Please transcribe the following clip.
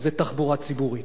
זה תחבורה ציבורית.